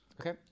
Okay